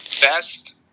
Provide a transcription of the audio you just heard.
best